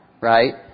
Right